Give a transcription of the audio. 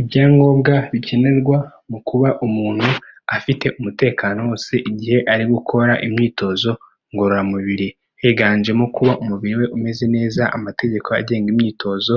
Ibyangombwa bikenerwa mu kuba umuntu afite umutekano wose igihe ari gukora imyitozo ngororamubiri, higanjemo kuba umubiri we umeze neza, amategeko agenga imyitozo,